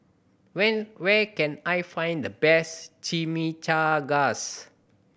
when where can I find the best Chimichangas